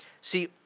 See